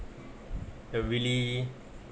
the really